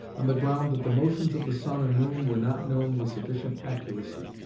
on the ground that the motions of the sun and moon were not known with sufficient accuracy.